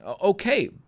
okay